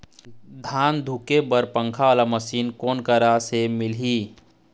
धान धुके बर पंखा वाला मशीन कोन करा से मिलही?